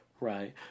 Right